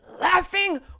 laughing